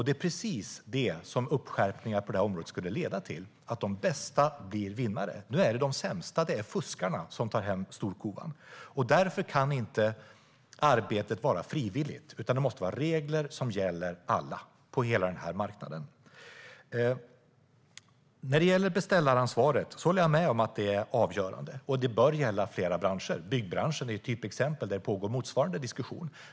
Det är precis det som uppskärpningar på området skulle leda till: att de bästa blir vinnare. Nu är det de sämsta, fuskarna, som tar hem storkovan. Därför kan inte arbetet vara frivilligt, utan det måste vara regler som gäller alla på hela marknaden. När det gäller beställaransvaret håller jag med om att det är avgörande. Det bör gälla fler branscher. Byggbranschen är ett typexempel där motsvarande diskussion pågår.